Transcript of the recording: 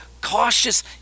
cautious